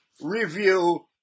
review